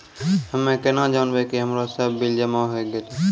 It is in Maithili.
हम्मे केना जानबै कि हमरो सब बिल जमा होय गैलै?